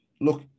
look